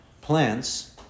plants